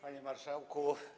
Panie Marszałku!